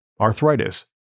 arthritis